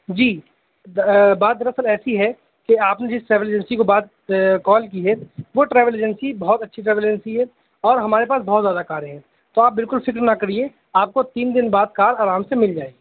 جی بات در اصل ایسی ہے کہ آپ نے جس ٹریول ایجنسی کو بات کال کی ہے وہ ٹریول ایجنسی بہت اچھی ٹریول ایجنسی ہے اور ہمارے پاس بہت زیادہ کاریں ہیں تو آپ بالکل فکر نہ کرئے آپ کو تین دن بعد کار آرام سے مل جائے گی